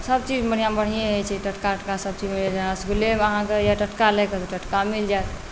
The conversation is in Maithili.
सभचीज मने बढ़िएँ होइत छै टटका टटका सभचीज जेना रसगुल्ले अहाँकेँ टटका लइके यए तऽ टटका मिल जायत